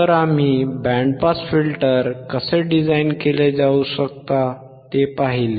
तर आम्ही band pass filter कसे डिझाइन केले जाऊ शकते ते पाहिले